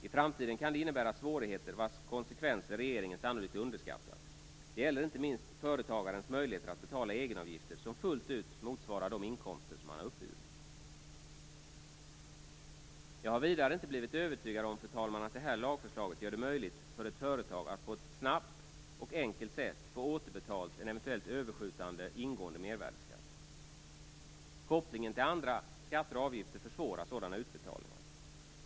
I framtiden kan det innebära svårigheter, vilkas konsekvenser regeringen sannolikt har underskattat. Det gäller inte minst företagarens möjligheter att betala egenavgifter som fullt ut motsvarar de inkomster som han har uppburit. Fru talman! Jag har vidare inte blivit övertygad om att detta lagförslag gör det möjligt för ett företag att på ett snabbt och enkelt sätt få återbetalt en eventuellt överskjutande ingående mervärdesskatt. Kopplingen till andra skatter och avgifter försvårar sådana utbetalningar.